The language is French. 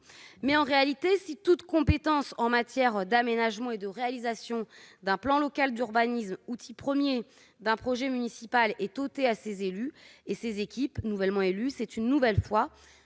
Mais en réalité si toute compétence en matière d'aménagement et de réalisation d'un plan local d'urbanisme, outil premier d'un projet municipal, est ôtée à ces élus et ces équipes nouvellement élues, c'est une nouvelle fois